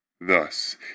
Thus